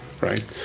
right